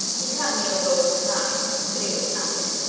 he cut me a little with a knife, but it was nothing.